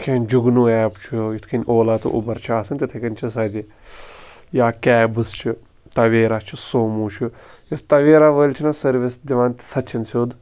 کینٛہہ جُگنو ایپ چھُ یِتھ کٔنۍ اولا تہٕ اوٗبر چھُ آسن تِتھے کٔنۍ چھِ آسان ییٚتہِ یا کیبٕز چھِ تَویرا چھِ سومو چھُ یُس تَویرا وٲلۍ چھِنہ سٔروِس دِوان سۄ تہِ چھِنہٕ سیوٚد